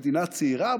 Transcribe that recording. מדינה צעירה,